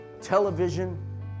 television